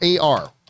AR